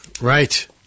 Right